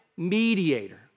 mediator